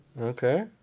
okay